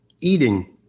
eating